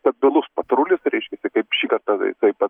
stabilus patrulis reiškiasi kaip šįkart taip pat